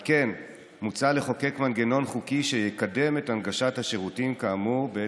על כן מוצע לחוקק מנגנון חוקי שיקדם בעת הצורך את הנגשת השירותים כאמור.